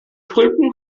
tulpen